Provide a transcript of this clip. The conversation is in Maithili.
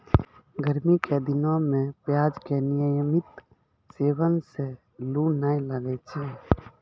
गर्मी के दिनों मॅ प्याज के नियमित सेवन सॅ लू नाय लागै छै